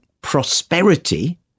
prosperity